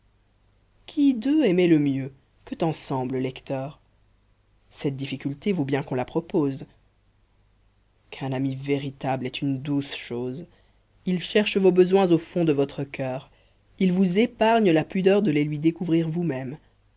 qui d'eux aimait le mieux que t'en semble lecteur cette difficulté vaut bien qu'on la propose qu'un ami véritable est une douce chose il cherche vos besoins au fond de votre cœur il vous épargne la pudeur de les lui découvrir vous-même